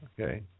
Okay